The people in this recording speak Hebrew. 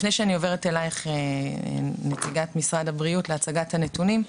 לפני שאני עוברת לנציגת משרד הבריאות להצגת הנתונים,